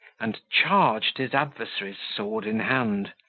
and charged his adversaries sword in hand.